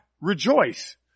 rejoice